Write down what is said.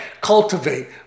cultivate